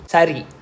Sari